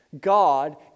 God